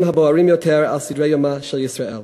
הבוערים יותר על סדר-יומה של ישראל.